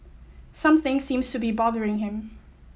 something seems to be bothering him